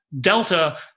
delta